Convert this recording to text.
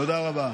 תודה רבה.